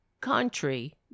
country